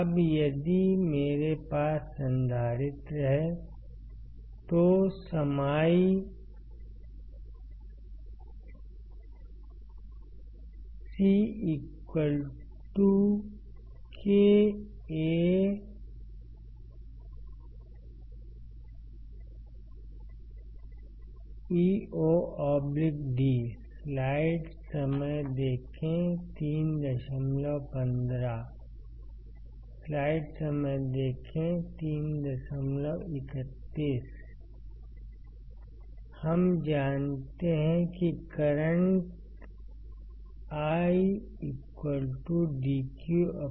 अब यदि मेरे पास संधारित्र है तो समाई CkAεod हम जानते हैं कि करंट I dq dt